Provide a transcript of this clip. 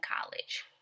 college